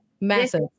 Massive